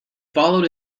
followed